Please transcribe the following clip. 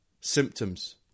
symptoms